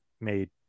made